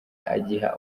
agiha